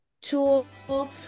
tool